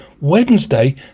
Wednesday